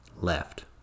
left